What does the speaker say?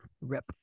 RIP